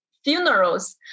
funerals